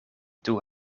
doe